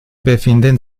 befinden